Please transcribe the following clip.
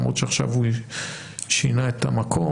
למרות שעכשיו הוא שינה את המקום,